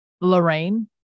Lorraine